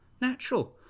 Natural